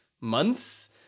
months